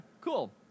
cool